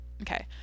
Okay